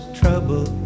trouble